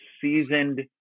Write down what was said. seasoned